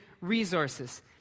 resources